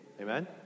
Amen